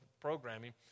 programming